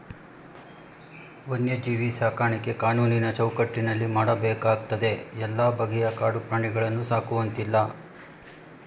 ವನ್ಯಜೀವಿ ಸಾಕಾಣಿಕೆ ಕಾನೂನಿನ ಚೌಕಟ್ಟಿನಲ್ಲಿ ಮಾಡಬೇಕಾಗ್ತದೆ ಎಲ್ಲ ಬಗೆಯ ಕಾಡು ಪ್ರಾಣಿಗಳನ್ನು ಸಾಕುವಂತಿಲ್ಲ